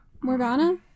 Morgana